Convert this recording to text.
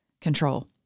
control